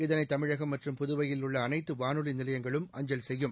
இதனை தமிழகம் மற்றும் புதுவையில் உள்ள அனைத்து வானொலி நிலையங்களும் அஞ்சல் செய்யும்